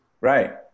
Right